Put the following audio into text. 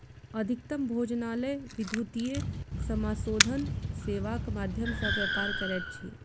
अधिकतम भोजनालय विद्युतीय समाशोधन सेवाक माध्यम सॅ व्यापार करैत अछि